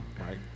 right